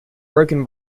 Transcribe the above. broken